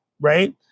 right